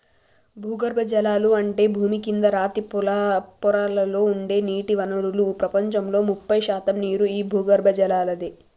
భూగర్బజలాలు అంటే భూమి కింద రాతి పొరలలో ఉండే నీటి వనరులు ప్రపంచంలో ముప్పై శాతం నీరు ఈ భూగర్బజలలాదే